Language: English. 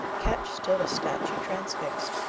ketch stood a statue transfixed,